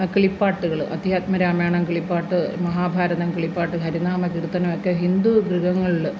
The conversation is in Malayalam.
കിളിപ്പാട്ടുകള് അദ്ധ്യാത്മരാമായണം കിളിപ്പാട്ട് മഹാഭാരതം കിളിപ്പാട്ട് ഹരിനാമകീർത്തനമൊക്കെ ഹിന്ദൂ ഗൃഹങ്ങളില്